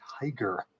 tiger